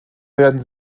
werden